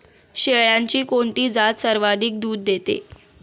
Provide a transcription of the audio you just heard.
शेळ्यांची कोणती जात सर्वाधिक दूध देते?